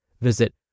Visit